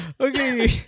Okay